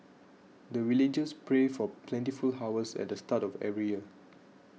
the villagers pray for plentiful harvest at the start of every year